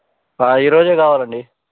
ఈ రోజే కావాలండి